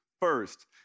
first